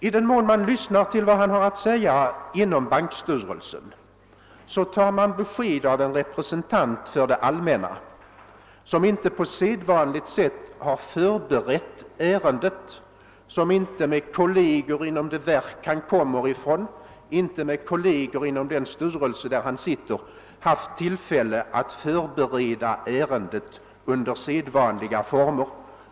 I den mån man lyssnar till vad han har att säga inom bankstyrelsen tar man besked av en representant för det allmänna som inte på sedvanligt sätt har förberett ärendet, som inte med kolleger inom det verk han kommer ifrån, inte med kolleger inom den statliga styrelse där han sitter, eller vad hans bakgrund nu kan vara, haft tillfälle att förbereda ärendet på sedvanligt sätt.